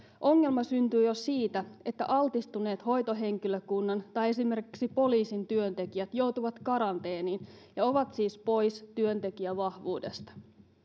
ongelma syntyy jo siitä että altistuneet hoitohenkilökunnan tai esimerkiksi poliisin työntekijät joutuvat karanteeniin ja ovat siis pois työntekijävahvuudesta